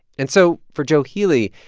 and so for joe healy,